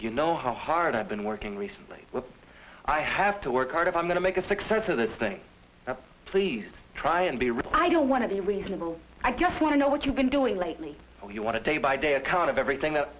you know how hard i've been working recently when i have to work hard if i'm going to make a success of this thing now please try and be real i don't want to be reasonable i just want to know what you've been doing lately and you want to day by day account of everything that